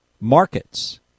markets